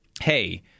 hey